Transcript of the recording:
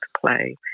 play